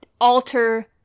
alter